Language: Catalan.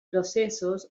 processos